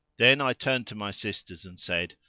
then i turned to my sisters and said,